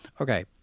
okay